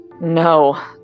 No